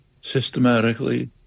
systematically